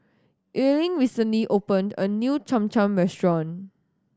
Erling recently open a new Cham Cham restaurant